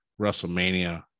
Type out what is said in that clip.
WrestleMania